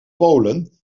polen